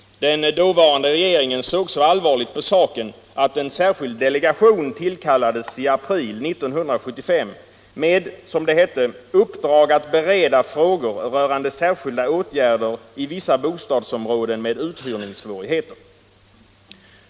Den dåvarande regeringen såg så allvarligt på saken att en särskild delegation tillkallades i april 1975 med ”uppdrag att bereda frågor rörande särskilda åtgärder i vissa bostadsområden med uthyrningssvårigheter”.